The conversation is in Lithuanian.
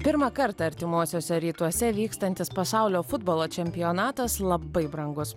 pirmą kartą artimuosiuose rytuose vykstantis pasaulio futbolo čempionatas labai brangus